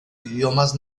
idiomas